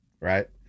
Right